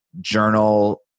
journal